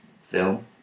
film